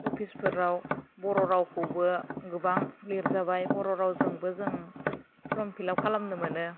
अफिसफोराव बर' रावखौबो गोबां लिरजाबाय बर' रावजोंबो जों फर्म फिलआप खालामनो मोनो